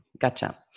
Gotcha